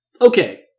Okay